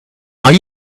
are